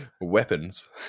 Weapons